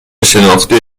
شناختی